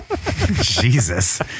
Jesus